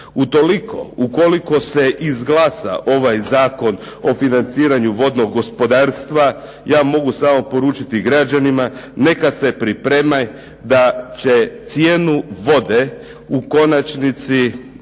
Utoliko ukoliko se izglasa ovaj Zakon o financiranju vodnog gospodarstva ja mogu samo poručiti građanima neka se pripreme da će cijenu vode u konačnici